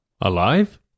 Alive